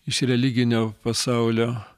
iš religinio pasaulio